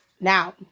Now